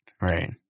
right